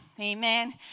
Amen